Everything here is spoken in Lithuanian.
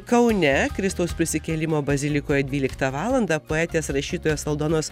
kaune kristaus prisikėlimo bazilikoje dvyliktą valandą poetės rašytojos aldonos